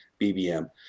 BBM